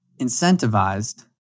incentivized